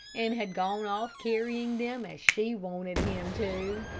and had gone off carrying them as she wanted him to.